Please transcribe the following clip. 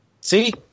See